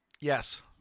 Yes